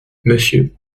monsieur